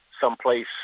someplace